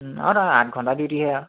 অঁ আঠ ঘণ্টা ডিউটিহে আৰু